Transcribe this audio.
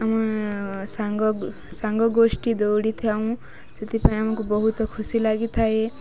ଆମ ସାଙ୍ଗ ସାଙ୍ଗ ଗୋଷ୍ଠୀ ଦୌଡ଼ିଥାଉଁ ସେଥିପାଇଁ ଆମକୁ ବହୁତ ଖୁସି ଲାଗିଥାଏ